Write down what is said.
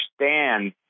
understand